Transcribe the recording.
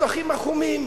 השטחים החומים.